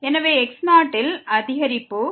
எனவே x0 இல் அதிகரிப்பு இருக்கிறது